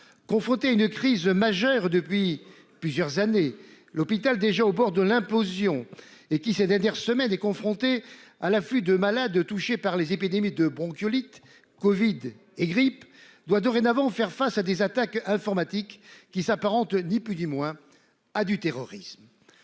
confronté à une crise majeure depuis plusieurs années, l'hôpital déjà au bord de l'implosion et qui c'est-à-dire semaine est confronté à l'afflux de malades touchés par les épidémies de bronchiolite Covid et grippe doit dorénavant faire face à des attaques informatiques qui s'apparente, ni plus du moins à du terrorisme.